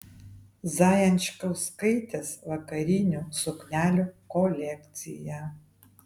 zajančkauskaitės vakarinių suknelių kolekcija